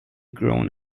grown